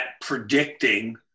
predicting